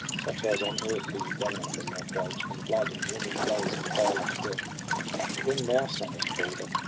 such as on earth we valiantly have waged, and blood, and ringing blows, and violent death. but when thou sangest, balder,